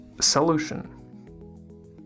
Solution